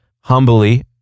humbly